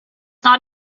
not